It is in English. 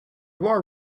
wore